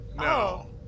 No